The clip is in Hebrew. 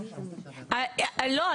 --- לא,